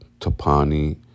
Tapani